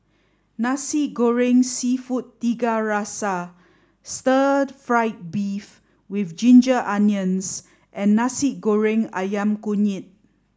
Nasi Goreng Seafood Tiga Rasa Stir Fried Beef with Ginger Onions and Nasi Goreng Ayam Kunyit